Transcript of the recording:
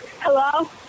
Hello